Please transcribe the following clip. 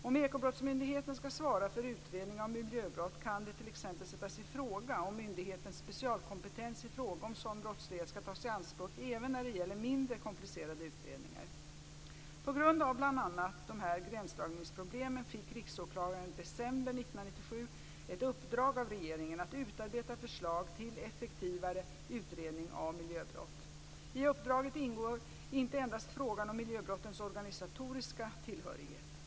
Om Ekobrottsmyndigheten skall svara för utredning av miljöbrott kan det t.ex. sättas i fråga om myndighetens specialkompetens i fråga om sådan brottslighet skall tas i anspråk även när det gäller mindre komplicerade utredningar. På grund av bl.a. de här gränsdragningsproblemen fick Riksåklagaren i december 1997 ett uppdrag av regeringen att utarbeta förslag till effektivare utredning av miljöbrott. I uppdraget ingår inte endast frågan om miljöbrottens organisatoriska tillhörighet.